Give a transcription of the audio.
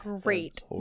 Great